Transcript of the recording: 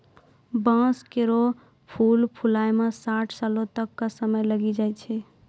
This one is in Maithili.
बांस केरो फूल फुलाय म साठ सालो तक क समय लागी जाय छै